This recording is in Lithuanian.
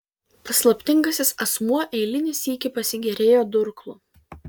paslaptingasis asmuo eilinį sykį pasigėrėjo durklu